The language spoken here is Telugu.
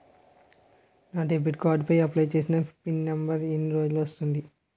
నా డెబిట్ కార్డ్ కి అప్లయ్ చూసాను పిన్ నంబర్ ఎన్ని రోజుల్లో వస్తుంది?